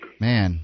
Man